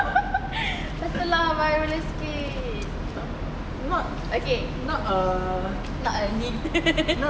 biasa lah my roller skate okay not err need